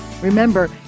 Remember